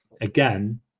again